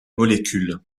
molécules